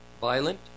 violent